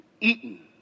eaten